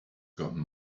gotten